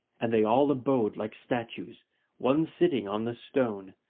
and they all abode like statues one sitting on the stone,